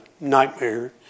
nightmare